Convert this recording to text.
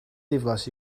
ddiflas